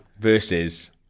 versus